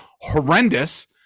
horrendous